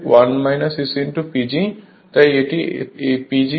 তাই এটি PG SPG